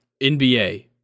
NBA